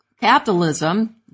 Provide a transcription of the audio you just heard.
capitalism